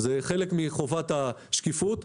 זה חלק מחובת השקיפות.